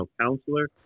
counselor